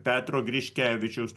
petro griškevičiaus